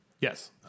Yes